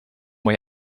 way